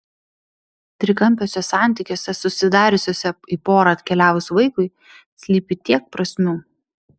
trikampiuose santykiuose susidariusiuose į porą atkeliavus vaikui slypi tiek prasmių